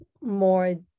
more